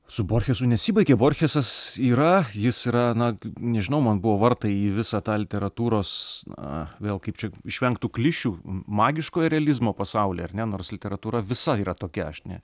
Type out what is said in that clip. su borchesu nesibaigė borchesas yra jis yra na nežinau man buvo vartai į visą tą literatūros na vėl kaip čia išvengt tų klišių magiškojo realizmo pasauly ar ne nors literatūra visa yra tokia aš ne